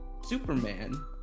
Superman